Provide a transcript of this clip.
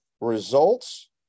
Results